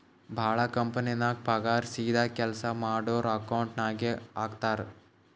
ಭಾಳ ಕಂಪನಿನಾಗ್ ಪಗಾರ್ ಸೀದಾ ಕೆಲ್ಸಾ ಮಾಡೋರ್ ಅಕೌಂಟ್ ನಾಗೆ ಹಾಕ್ತಾರ್